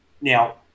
Now